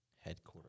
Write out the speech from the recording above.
Headquarters